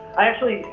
i actually